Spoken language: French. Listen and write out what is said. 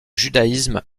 judaïsme